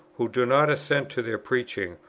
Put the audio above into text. who do not assent to their preaching,